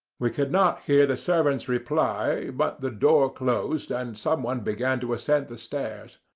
we could not hear the servant's reply, but the door closed, and some one began to ascend the stairs.